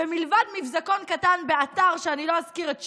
ומלבד מבזקון קטן באתר שאני לא אזכיר את שמו,